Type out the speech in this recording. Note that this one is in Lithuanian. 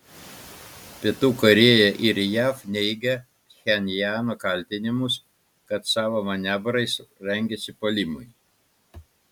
pietų korėja ir jav neigia pchenjano kaltinimus kad savo manevrais rengiasi puolimui